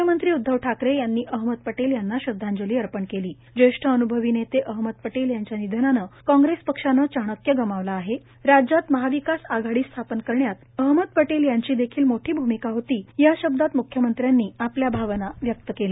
मुख्यमंत्री उदधव ठाकरे यांनी अहमद पटेल यांना श्रद्धांजली अर्पण केली ज्येष्ठ अन्भवी नेते अहमद पटेल यांच्या निधनानं कॉग्रेस पक्षानं चाणक्य गमावला आहे राज्यात महाविकास आघाडी स्थापन करण्यात अहमद पटेल यांची देखील मोठी भूमिका होती या शब्दांत मुख्यमंत्र्यांनी आपल्या भावना व्यक्त केल्या